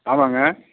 ஆமாங்க